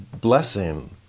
blessing